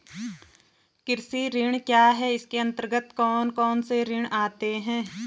कृषि ऋण क्या है इसके अन्तर्गत कौन कौनसे ऋण आते हैं?